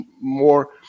more